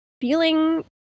feeling